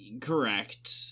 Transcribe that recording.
Correct